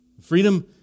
freedom